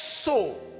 soul